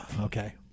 Okay